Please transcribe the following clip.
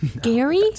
Gary